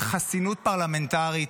מנצלים חסינות --- חברת הכנסת סלימאן,